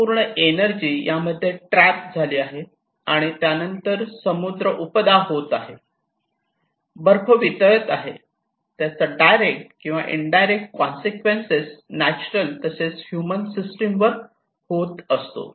संपूर्ण एनर्जी यामध्ये ट्रॅप झाली आहे आणि त्यानंतर समुद्र उपदा होत आहे बर्फ वितळत आहे त्याचा डायरेक्ट किंवा इनडायरेक्ट कोन्ससिक्वेन्स नॅचरल तसेच ह्यूमन सिस्टम वर होत असतो